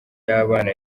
y’abana